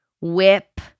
Whip